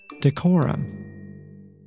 decorum